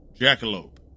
Jackalope